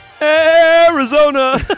Arizona